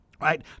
Right